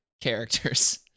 characters